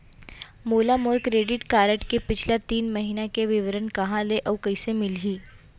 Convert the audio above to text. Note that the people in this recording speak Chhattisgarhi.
मोला मोर क्रेडिट कारड के पिछला तीन महीना के विवरण कहाँ ले अऊ कइसे मिलही?